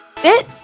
FIT